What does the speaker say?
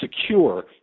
secure